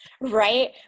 right